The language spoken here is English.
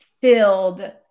filled